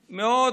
שמאוד,